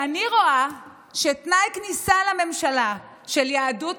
אני רואה שתנאי כניסה לממשלה של יהדות